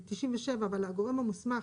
לגורם המסמך